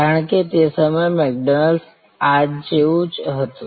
કારણ કે તે સમયે મેકડોનાલ્ડ આજ જેવુ જ હતું